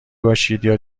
باشید